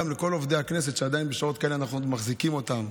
גם לכל עובדי הכנסת שעדיין בשעות כאלה אנחנו מחזיקים אותם: